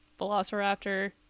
velociraptor